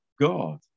God